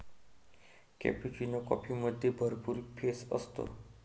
cappuccino कॉफीमध्ये भरपूर फेस असतो